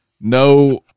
No